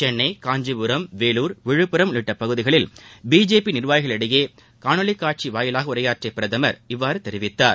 சென்னை காஞ்சிபுரம் வேலூர் விழுப்புரம் உள்ளிட்ட பகுதிகளில் பிஜேபி நீர்வாகிகளிடையே காணொலி காட்சி மூலம் உரையாற்றிய பிரதமர் இவ்வாறு கூறினார்